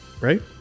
right